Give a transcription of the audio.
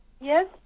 Yes